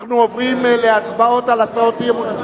אנחנו עוברים להצבעות על החוק.